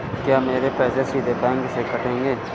क्या मेरे पैसे सीधे बैंक से कटेंगे?